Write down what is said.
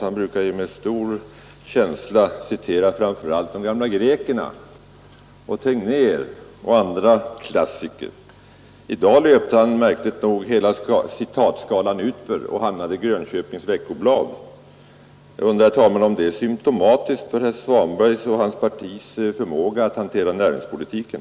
Han brukar med stor känsla citera framför allt de gamla grekerna, Tegnér och andra klassiker. I dag åkte han märkligt nog hela citatskalan utför och hamnade i Grönköpings Veckoblad. Är detta månne symtomatiskt för herr Svanbergs och hans partis förmåga att hantera och utveckla näringspolitiken?